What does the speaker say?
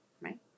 Right